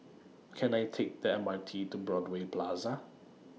Can I Take The M R T to Broadway Plaza